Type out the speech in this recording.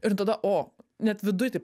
ir tada o net viduj taip